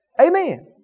Amen